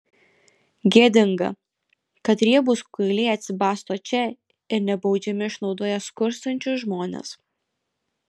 gėdinga kad riebūs kuiliai atsibasto čia ir nebaudžiami išnaudoja skurstančius žmones